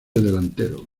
delantero